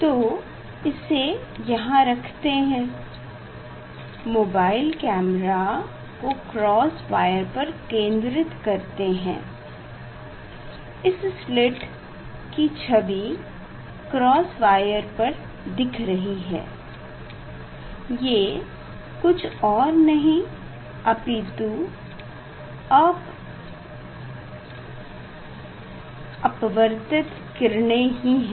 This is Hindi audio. तो इसे यहाँ रखते हैं मोबाइल कैमरा को क्रॉस वायर पर केंद्रित करते हैं इस स्लिट की छवि क्रॉस वायर पर दिख रही है ये कुछ और नहीं अपितु अपवर्तित किरणे ही हैं